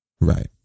Right